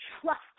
Trust